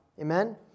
Amen